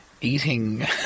eating